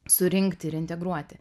surinkti ir integruoti